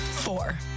Four